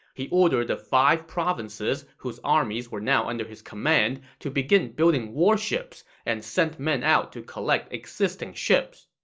he ordered the five provinces whose armies were now under his command to begin building warships, and sent men out to collect existing ships.